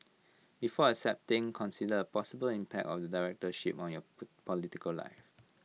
before accepting consider possible impact of the directorship on your political life